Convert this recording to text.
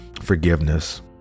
forgiveness